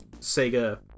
Sega